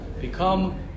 become